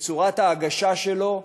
בצורה ההגשה שלו,